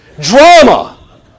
drama